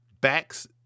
backs